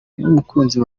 n’umukunzi